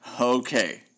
Okay